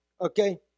Okay